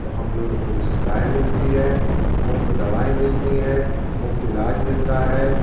तो हम लोग को पूरी सुविधाएं मिलती हैं मुफ्त दवाएं मिलती हैं मुफ्त इलाज मिलता है